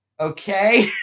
Okay